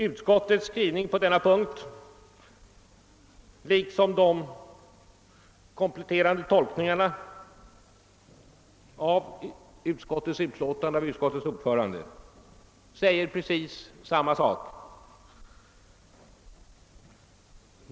Utskottets skrivning på denna punkt liksom de kompletterande tolkningar av utlåtandet som lämnats av utskottets ordförande säger precis samma sak.